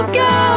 go